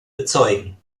bezeugen